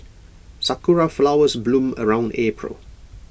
Sakura Flowers bloom around April